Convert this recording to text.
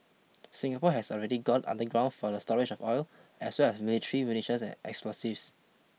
Singapore has already gone underground for the storage of oil as well as military munitions and explosives